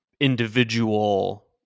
individual